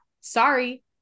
Sorry